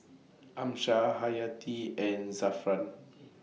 Amsyar Hayati and Zafran